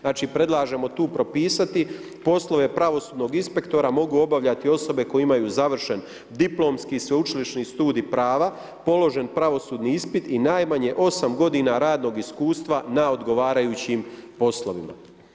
Znači predlažemo tu propisati poslove pravosudnog inspektora mogu obavljati osobe koje imaju završen diplomski, sveučilišni studij prava, položen pravosudni ispit i najmanje 8 g. radnog iskustva na odgovarajućima poslovima.